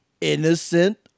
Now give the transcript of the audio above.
innocent